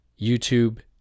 YouTube